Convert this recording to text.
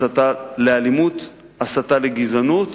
הסתה לאלימות, הסתה לגזענות,